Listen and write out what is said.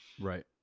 Right